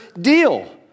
deal